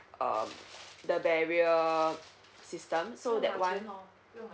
uh the barrier system so that one